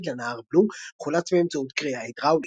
לנהר בלו חולץ באמצעות כרייה הידראולית.